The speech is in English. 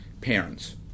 parents